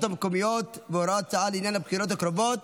המקומיות והוראות שעה לעניין הבחירות הקרובות,